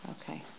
okay